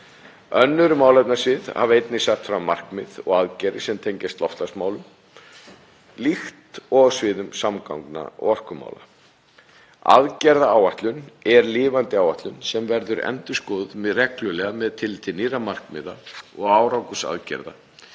Önnur málefnasvið hafa einnig sett fram markmið og aðgerðir sem tengjast loftslagsmálum líkt og á sviðum samgangna og orkumála. Aðgerðaáætlun er lifandi áætlun sem verður endurskoðuð reglulega með tilliti til nýrra markmiða og árangurs aðgerða